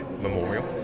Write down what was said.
memorial